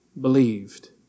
believed